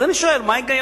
אז אני שואל: מה ההיגיון?